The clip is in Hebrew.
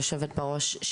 יושבת-הראש,